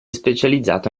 specializzato